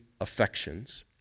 affections